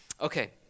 okay